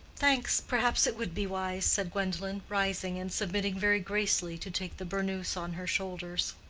thanks perhaps it would be wise, said gwendolen, rising, and submitting very gracefully to take the burnous on her shoulders.